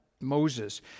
moses